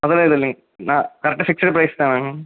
அதெலாம் எதுவும் இல்லிங்க நான் கரெக்டாக ஃபிக்ஸுடு ப்ரைஸ் தானாங்க